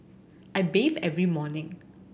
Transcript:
I bathe every morning